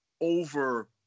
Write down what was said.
Over